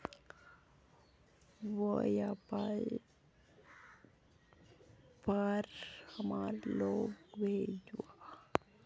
व्यापार हमार लोन भेजुआ?